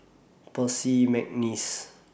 Percy Mcneice